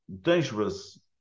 dangerous